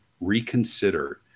reconsider